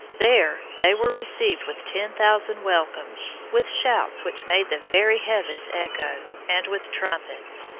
there they were received with ten thousand welcomes, with shouts which made the very heavens echo, and with trumpets.